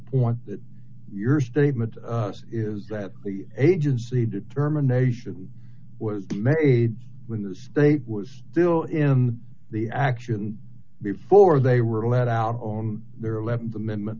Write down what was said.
point that your statement is that the agency determination was made when the state was still in the action before they were let out on their th amendment